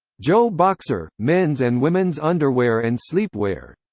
joe boxer men's and women's underwear and sleepwear